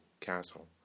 castle